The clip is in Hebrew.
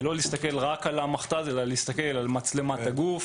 ולא להסתכל רק על המכתז אלא להסתכל על מצלמת הגוף,